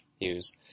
Use